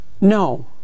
No